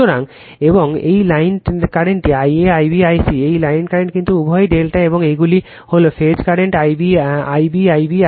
সুতরাং এবং এটি line current I a Ib I c এটি লাইন কারেন্ট কিন্তু উভয়ই ∆ এবং এইগুলি হল phase current Ib Ib Ic